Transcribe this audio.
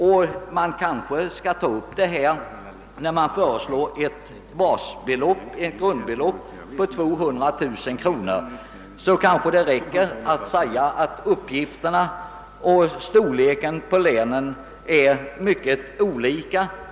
De föreslår sålunda ett enhetligt basbelopp om 200 000 kronor. Kanske räcker det om jag här framhåller att länens storlek och uppgifter är mycket olika.